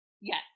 Yes